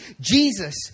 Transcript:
Jesus